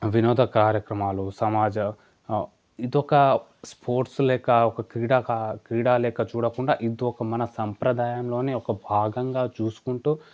వినోద కార్యక్రమాలు సమాజ ఇది ఒక స్పోర్ట్స్ లేకా ఒక క్రీడా కా క్రీడా లేక చూడకుండా ఇది ఒక మన సంప్రదాయంలోనే ఒక భాగంగా చూసుకుంటూ